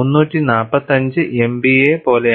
345 MPa പോലെയാണ്